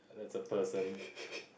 that's a person